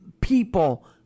people